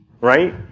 right